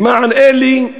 למען אלה,